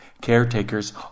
Caretakers